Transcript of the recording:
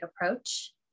approach